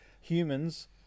humans